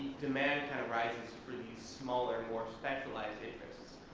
demand kind of rises for these smaller, more specialized interests.